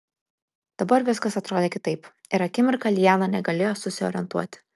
dabar viskas atrodė kitaip ir akimirką liana negalėjo susiorientuoti